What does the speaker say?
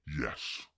Yes